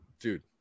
Dude